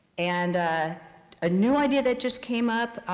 and a new idea that just came up,